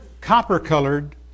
copper-colored